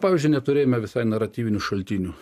pavyzdžiui neturėjome visai naratyvinių šaltinių